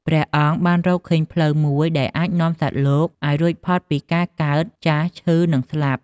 ព្រះអង្គបានរកឃើញផ្លូវមួយដែលអាចនាំសត្វលោកឱ្យរួចផុតពីការកើត ចាស់ ឈឺ និងស្លាប់។